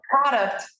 product